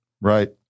Right